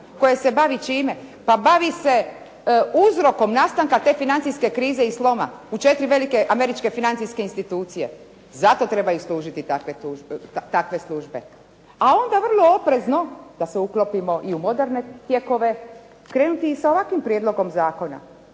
koje se bavi čime pa bavi se uzrokom nastanka te financijske krize i sloma u četiri velike američke financijske institucije. Zato trebaju služiti takve službe. A onda vrlo oprezno da se uklopimo i u moderne tijekove, krenuti i sa ovakvim prijedlogom zakona